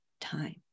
time